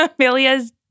Amelia's